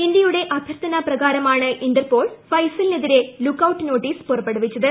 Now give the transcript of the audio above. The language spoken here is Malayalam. ഇന്ത്യയുടെ അഭ്യർഥന പ്രകാരമാണ് ഇന്റർപോൾ ഫൈസലിനെതിരെ ലുക്ക്ഔട്ട് നോട്ടീസ് പുറപ്പെടുവിച്ചത്